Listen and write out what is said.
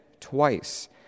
twice